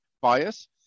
bias